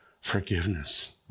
forgiveness